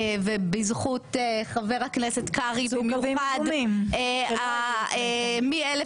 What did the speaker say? במיוחד בזכות חבר הכנסת קרעי כאשר מ-1,000